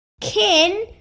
ken!